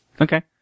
Okay